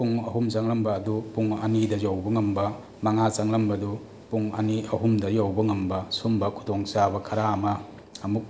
ꯄꯨꯡ ꯑꯍꯨꯝ ꯆꯪꯂꯝꯕ ꯑꯗꯨ ꯄꯨꯡ ꯑꯅꯤꯗ ꯌꯧꯕ ꯉꯝꯕ ꯃꯉꯥ ꯆꯪꯂꯝꯕꯗꯨ ꯄꯨꯡ ꯑꯅꯤ ꯑꯍꯨꯝꯗ ꯌꯧꯕ ꯉꯝꯕ ꯁꯨꯝꯕ ꯈꯨꯗꯣꯡ ꯆꯥꯕ ꯈꯔ ꯑꯃ ꯑꯃꯨꯛ